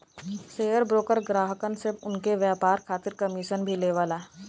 share broker ग्राहकन से उनके व्यापार खातिर कमीशन भी लेवला